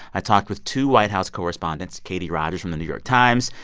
i talked with two white house correspondents katie rogers from the new york times,